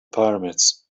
pyramids